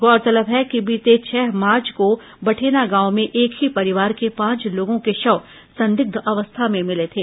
गौरतलब है कि बीते छह मार्च को बठेना गांव में एक ही परिवार के पांच लोगों के शव संदिग्घ अवस्था में मिले थे